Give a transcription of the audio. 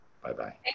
Bye-bye